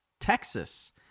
Texas